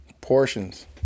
portions